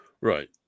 Right